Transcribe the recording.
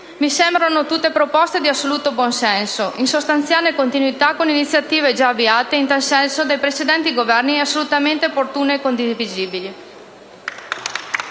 Mi sembrano tutte proposte di assoluto buonsenso, in sostanziale continuità con iniziative già avviate in tal senso dai precedenti Governi e assolutamente opportune e condivisibili.